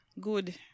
Good